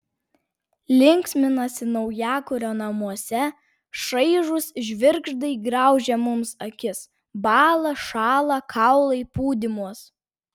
linksminasi naujakurio namuose šaižūs žvirgždai graužia mums akis bąla šąla kaulai pūdymuos